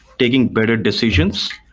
taking better decisions,